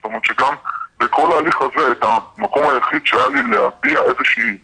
זאת אומרת שבכל ההליך הזה המקום היחיד שהיה לי להביע איזה שהיא עמדה,